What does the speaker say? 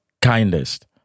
kindest